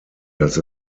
dass